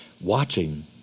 watching